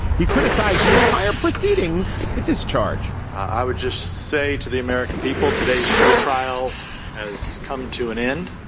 he criticized the entire proceedings with this charge i would just say to the american people today's show trial has come to an end.